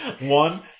One